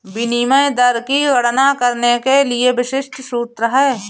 विनिमय दर की गणना करने के लिए एक विशिष्ट सूत्र है